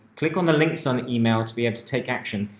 click on the links on email to be able to take action.